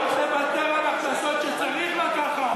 תוותר על הכנסות שצריך לקחת,